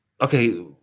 Okay